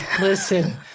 listen